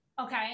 Okay